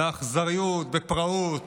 באכזריות, בפראות,